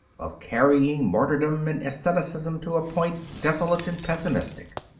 of carrying martyrdom and asceticism to a point, desolate and pessimistic.